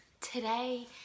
today